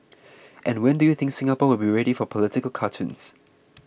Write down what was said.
and when do you think Singapore will be ready for political cartoons